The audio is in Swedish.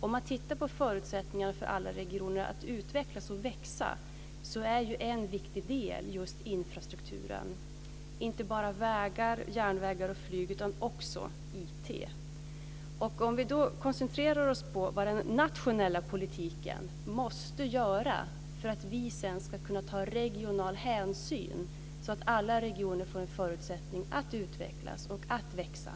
Om man tittar på förutsättningar för alla regioner att utvecklas och växa, är ju en viktig del just infrastrukturen. Det handlar inte bara om vägar, järnvägar och flyg, utan också om IT. Den nationella politiken måste ta regionala hänsyn för att alla regioner ska få förutsättningar att utvecklas och växa.